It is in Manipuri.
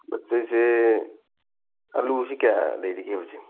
ꯑꯥꯂꯨꯁꯦ ꯀꯌꯥ ꯂꯩꯔꯤꯒꯦ ꯍꯧꯖꯤꯛ